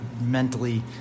mentally